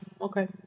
Okay